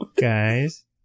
Guys